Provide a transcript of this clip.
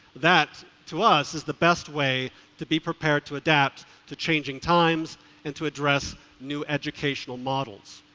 that, to us, is the best way to be prepared to adapt to changing times and to address new educational models.